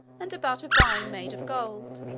and about a vine made of gold,